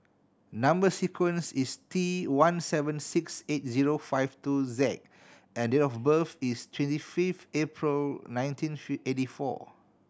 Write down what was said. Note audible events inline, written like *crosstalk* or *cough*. number sequence is T one seven six eight zero five two Z and date of birth is twenty fifth April nineteen *unintelligible* eighty four